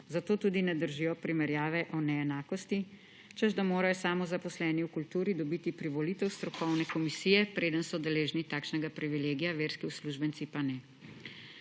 Zato tudi ne držijo primerjave o neenakosti, češ da morajo samozaposleni v kulturi dobiti privolitev strokovne komisije, preden so deležni takšnega privilegija, verski uslužbenci pa ne.